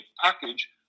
package